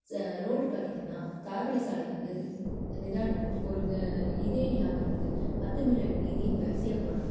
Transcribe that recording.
ஸ் ரோடு பார்த்தீங்கன்னா தார் வழி சாலை வந்து நிதான் ஒருக இதே இல்லாமல் இருக்குது அத்துமீறி நுழைய மீதி வரிசையாக போகிறாங்க